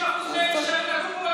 60% מהם נשארים לגור פה,